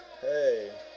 Hey